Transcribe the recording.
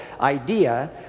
idea